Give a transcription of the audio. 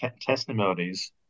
testimonies